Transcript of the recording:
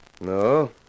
No